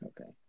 Okay